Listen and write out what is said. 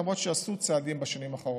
למרות שעשו צעדים בשנים האחרונות,